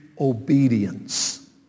obedience